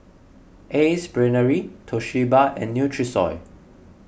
Ace Brainery Toshiba and Nutrisoy